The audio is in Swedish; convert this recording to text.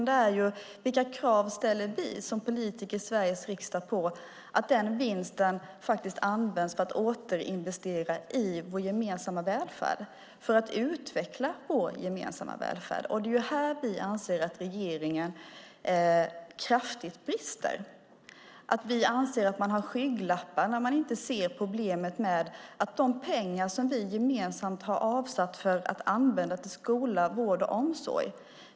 Det är vilka krav vi som politiker i Sveriges riksdag ställer på att vinsten används för att återinvestera i och utveckla vår gemensamma välfärd. Det är här som vi anser att regeringen kraftigt brister. Vi anser att man har skygglappar när man inte ser problemet med de pengar som vi gemensamt har avsatt för att använda till skola, vård och omsorg.